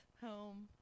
home